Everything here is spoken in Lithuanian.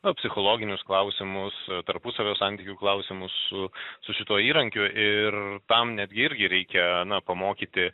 na psichologinius klausimus tarpusavio santykių klausimus su su šituo įrankiu ir tam netgi irgi reikia na pamokyti